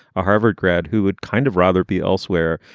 a harvard grad who would kind of rather be elsewhere.